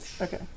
Okay